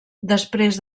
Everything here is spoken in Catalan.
després